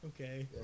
Okay